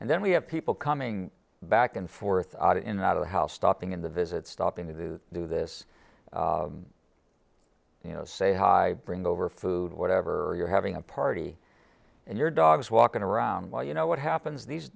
and then we have people coming back and forth out in and out of the house stopping in the visit stopping to do this you know say hi bring over food whatever you're having a party and your dogs walking around well you know what happens these